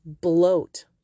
bloat